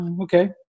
okay